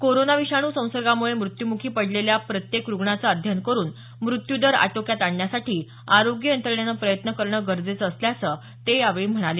corona विषाणू संसर्गामुळे मृत्युमुखी पडलेल्या प्रत्येक रुग्णाचं अध्ययन करुन मृत्यूदर आटोक्यात आणण्यासाठी आरोग्य यंत्रणेनं प्रयत्न करणं गरजेचं असल्याचं ते यावेळी म्हणाले